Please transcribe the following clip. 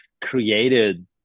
created